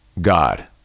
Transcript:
God